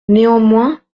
néanmoins